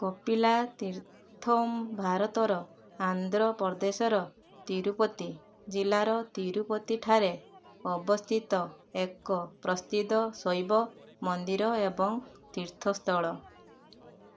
କପିଲା ତୀର୍ଥମ୍ ଭାରତର ଆନ୍ଧ୍ର ପ୍ରଦେଶର ତିରୁପତି ଜିଲ୍ଲାର ତିରୁପତି ଠାରେ ଅବସ୍ଥିତ ଏକ ପ୍ରସିଦ୍ଧ ଶୈବ ମନ୍ଦିର ଏବଂ ତୀର୍ଥସ୍ଥଳ